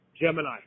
Gemini